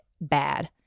Bad